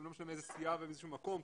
ולא משנה מאיזו סיעה ומאיזה מקום.